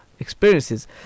experiences